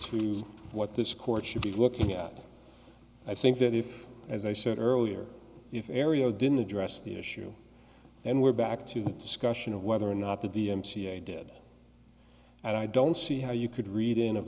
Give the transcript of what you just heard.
to what this court should be looking at i think that if as i said earlier if aereo didn't address the issue and we're back to the discussion of whether or not the d m c a did and i don't see how you could read i